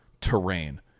terrain